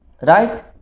right